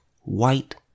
white